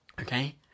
Okay